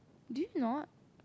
did you not